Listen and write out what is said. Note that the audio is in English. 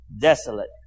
desolate